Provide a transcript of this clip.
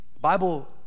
Bible